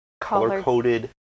color-coded